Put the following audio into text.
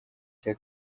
cya